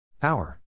Power